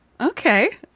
Okay